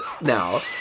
now